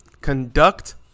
Conduct